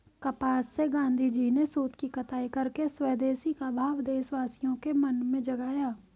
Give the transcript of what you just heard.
कपास से गाँधीजी ने सूत की कताई करके स्वदेशी का भाव देशवासियों के मन में जगाया